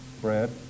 bread